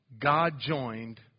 God-joined